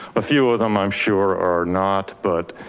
a few of them i'm sure are not but